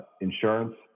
insurance